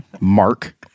Mark